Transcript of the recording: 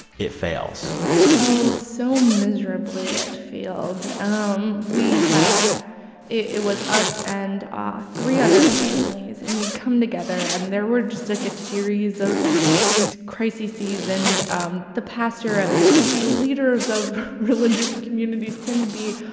it fails oh, so miserably it failed. um we had it was us and ah three other families. and we'd come together. and there were just, like, a series of these crises. and um the pastor, as the leaders of religious communities tend to be,